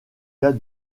cas